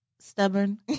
Stubborn